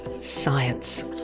Science